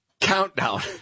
Countdown